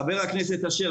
חבר הכנסת אשר,